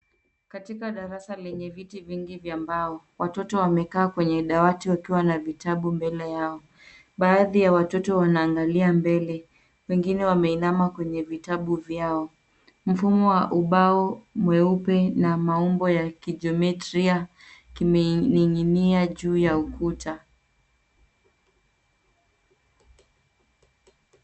Katika darasa lenye viti vingi vya mbao, watoto wamekaa kwenye dawati wakiwa na vitabu mbele yao. Baadhi ya watoto wanaangalia mbele, wengine wameinama kwenye vitabu vyao. Mfumo wa ubao mweupe na maumbo ya kijometria, kimening'inia juu ya ukuta.